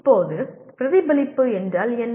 இப்போது பிரதிபலிப்பு என்றால் என்ன